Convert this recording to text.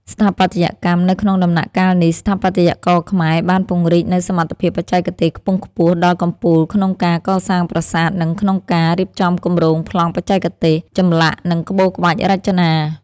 ស្ថាបត្យកម្ម នៅក្នុងដំណាក់កាលនេះ ស្ថាបត្យករខ្មែរបានពង្រីកនូវសមត្ថភាពបច្ចេកទេសខ្ពង់ខ្ពស់ដល់កំពូលក្នុងការកសាងប្រាសាទ និង ក្នុងការ រៀបចំគម្រោងប្លង់បច្ចេកទេស ចម្លាក់និងក្បូរក្បាច់រចនា។